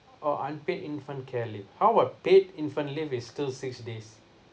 oh unpaid infant care leave how about paid infant leave it's still six days